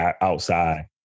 outside